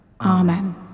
Amen